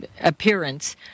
appearance